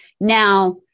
Now